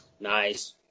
Nice